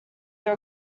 your